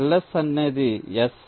LS అనేది S